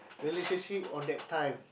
relationship on that time